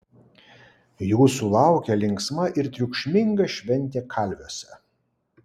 jūsų laukia linksma ir triukšminga šventė kalviuose